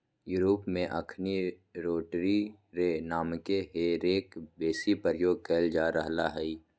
Europe में अखनि rotary रे नामके हे रेक बेशी प्रयोग कएल जा रहल हइ